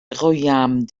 royaume